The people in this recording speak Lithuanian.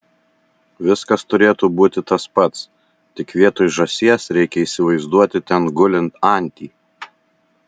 viskas turėtų būti tas pats tik vietoj žąsies reikia įsivaizduoti ten gulint antį